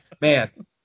man